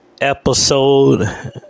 episode